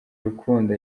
urukundo